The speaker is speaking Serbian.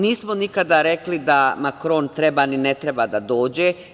Nismo nikada rekli da Makron treba, ni ne treba da dođe.